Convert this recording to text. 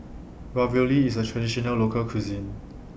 Ravioli IS A Traditional Local Cuisine